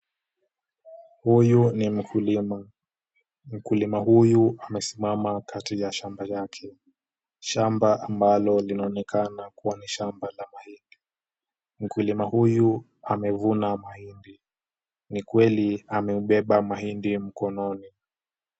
Huyu ni mkulima. Mkulima huyu amesimama kati ya shamba yake. Shamba ambalo linaonekana kuwa ni shamba la mahindi. Mkulima huyu amevuna mahindi. Ni kweli amebeba mahindi mkononi.